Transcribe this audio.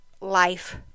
life